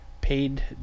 paid